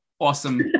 awesome